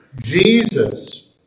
Jesus